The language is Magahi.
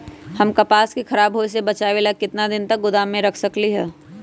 हम कपास के खराब होए से बचाबे ला कितना दिन तक गोदाम में रख सकली ह?